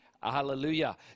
hallelujah